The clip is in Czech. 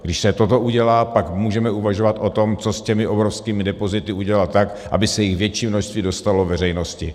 Když se toto udělá, pak můžeme uvažovat o tom, co s těmi obrovskými depozity udělat tak, aby se jich větší množství dostalo veřejnosti.